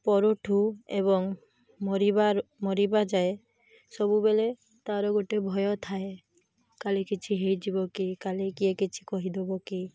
ପରଠୁ ଏବଂ ମରିବ ମରିବା ଯାଏ ସବୁବେଳେ ତାର ଗୋଟେ ଭୟ ଥାଏ କାଲେ କିଛି ହେଇଯିବ କି କାଲେ କିଏ କିଛି କହିଦେବ କି